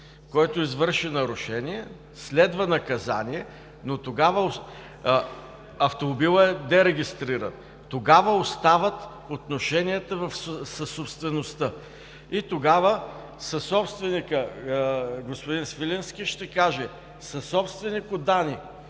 който извърши нарушение, следва наказание, но тогава автомобилът е дерегистриран. Тогава остават отношенията в съсобствеността. И тогава съсобственикът – господин Свиленски, ще каже: „Съсобственико, Дани,